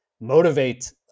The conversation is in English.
motivate